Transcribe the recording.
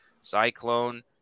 Cyclone